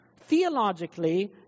theologically